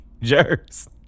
jerks